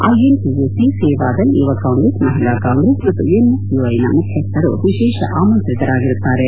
IN ಟೆಯುಸಿ Sevadal youth Congress Mahila Congress ಮತ್ತು NSUI ನ ಮುಖ್ಯಸ್ಥರು ವಿಶೇಷ ಆಮಂತ್ರಿತರಾಗಿರುತ್ತಾರೆ